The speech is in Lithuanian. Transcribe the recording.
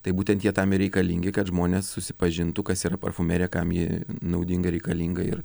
tai būtent jie tam ir reikalingi kad žmonės susipažintų kas yra parfumerija kam ji naudinga ir reikalinga ir